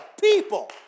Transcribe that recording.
people